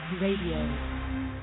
Radio